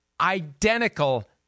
identical